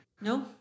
No